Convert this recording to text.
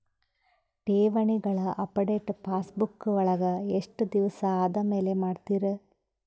ಠೇವಣಿಗಳ update passbook ವಳಗ ಎಷ್ಟ ದಿವಸ ಆದಮೇಲೆ ಮಾಡ್ತಿರ್?